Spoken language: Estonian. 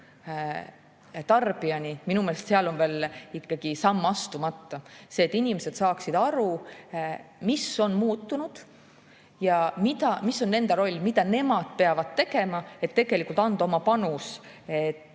tarbijani, minu meelest seal on veel ikkagi samm astumata. Et inimesed saaksid aru, mis on muutunud ja mis on nende roll, mida nemad peavad tegema ja kuidas anda oma panus, ja